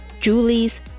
Julie's